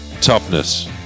toughness